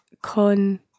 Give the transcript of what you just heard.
con